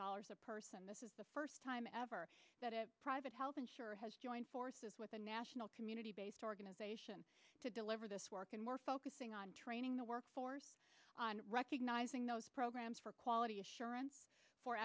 dollars a person this is the first time ever that a private health insurer has joined forces with a national community based organization to deliver this work and we're focusing on training the workforce recognizing those programs for quality assurance for